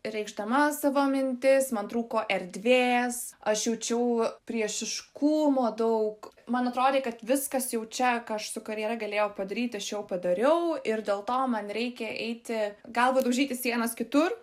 reikšdama savo mintis man trūko erdvės aš jaučiau priešiškumo daug man atrodė kad viskas jau čia ką aš su karjera galėjau padaryti aš jau padariau ir dėl to man reikia eiti galva daužyti sienas kitur